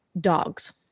dogs